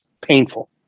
painful